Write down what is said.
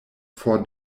for